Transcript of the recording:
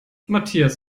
matthias